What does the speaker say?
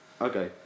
okay